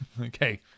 Okay